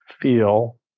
feel